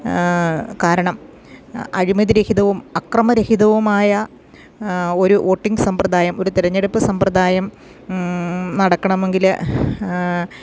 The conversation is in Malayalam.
കാരണം അഴിമതിരഹിതവും അക്രമരഹിതവുമായ ഒരു വോട്ടിംഗ് സമ്പ്രദായം ഒരു തിരഞ്ഞെടുപ്പ് സമ്പ്രദായം നടക്കണമെങ്കിൽ